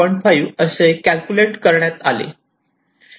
5 असे कॅल्क्युलेट करण्यात आले